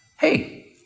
hey